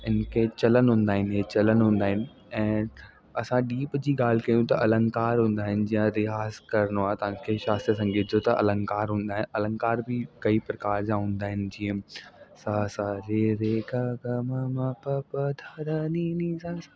हिनखे चलन हूंदा आहिनि चलन हूंदा आहिनि ऐं असां गीत जी ॻाल्हि कयूं त अलंकार हूंदा आहिइ जीअं रियाज़ु करिणो आहे तव्हां खे शास्त्रीअ संगीत जो त अलंकार हूंदा आहिनि अलंकार बि कई प्रकार जा हूंदा आहिनि जीअं स स रे रे ग ग म म प प ध ध नी नी सा सा